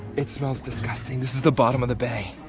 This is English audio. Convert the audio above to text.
it smells disgusting. this is the bottom of the bay.